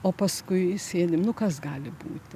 o paskui sėdim nu kas gali būti